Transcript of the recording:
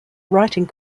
writing